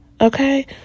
okay